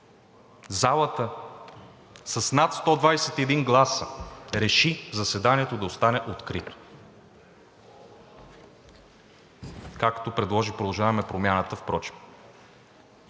Залата с над 121 гласа реши заседанието да остане открито, както предложи „Продължаваме Промяната“, впрочем.